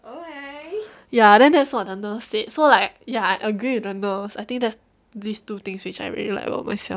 ya then that's what the nurse said so like ya I agree with the nurse I think that's these two things which I really like about myself